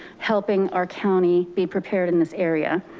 helping our county be prepared in this area.